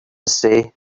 say